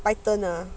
I turn ah